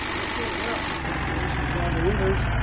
okay, well, congratulations to all the winners,